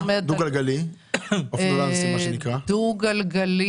מה לגבי הדו גלגלי?